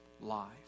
life